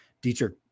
Dietrich